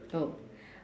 oh